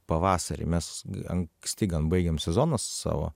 pavasarį mes anksti baigiam sezoną savo